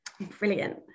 Brilliant